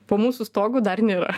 po mūsų stogu dar nėra